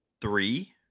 three